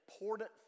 important